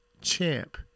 champ